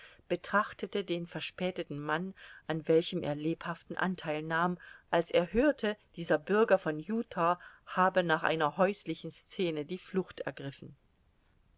betrachtete den verspäteten mann an welchem er lebhaften antheil nahm als er hörte dieser bürger von utah habe nach einer häuslichen scene die flucht ergriffen